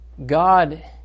God